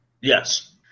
Yes